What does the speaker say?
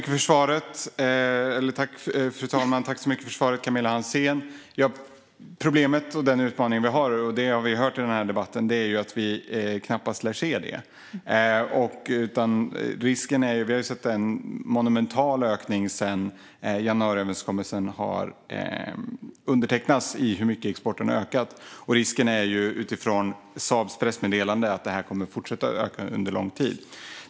Fru talman! Tack så mycket för svaret, Camilla Hansén! Problemet och den utmaning vi har - och det har vi hört i den här debatten - är att vi knappast lär se det. Vi har sett en monumental ökning av exporten sedan januariöverenskommelsen undertecknades. Och risken är, utifrån Saabs pressmeddelande, att det här kommer att fortsätta öka under lång tid.